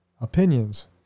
opinions